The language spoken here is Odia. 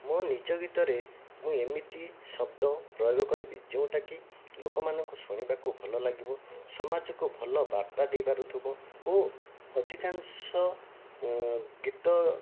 ମୋ ନିଜ ଗୀତରେ ମୁଁ ଏମିତି ଶବ୍ଦ ପ୍ରୟୋଗ କରିବି ଯେଉଁଟାକି ଲୋକ ମାନଙ୍କୁ ଶୁଣିବାକୁ ଭଲ ଲାଗିବ ସମାଜକୁ ଭଲ ବାର୍ତ୍ତା ଦେଇପାରୁଥିବ ଓ ଅଧିକାଂଶ ଗୀତ